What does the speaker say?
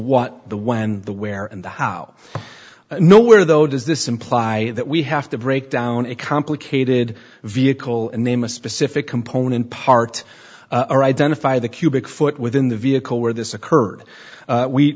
what the when the where and the how know where though does this imply that we have to break down a complicated vehicle and name a specific component part or identify the cubic foot within the vehicle where this occurred we we